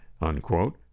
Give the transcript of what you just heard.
Unquote